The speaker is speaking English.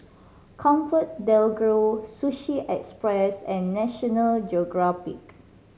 ComfortDelGro Sushi Express and National Geographic